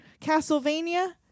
Castlevania